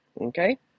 Okay